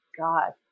God